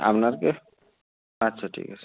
আপনার আচ্ছা ঠিক আছে